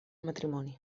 matrimoni